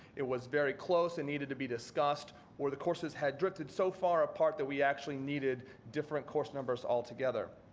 it was very close and needed to be discussed, or the courses had drifted so far apart that we actually needed different course numbers altogether.